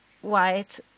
white